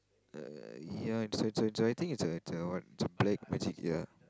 uh ya and so so so I think it's the the what the black magic ya